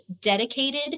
dedicated